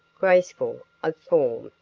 graceful of form,